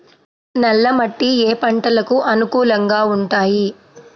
నల్ల మట్టి ఏ ఏ పంటలకు అనుకూలంగా ఉంటాయి?